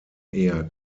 eher